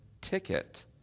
ticket